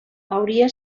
hauria